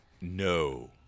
No